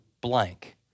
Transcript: blank